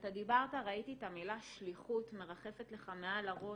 וכשאתה דיברת ראיתי את המילה שליחות מרחפת לך מעל הראש.